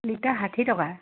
litre ষাঠি টকা